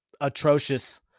atrocious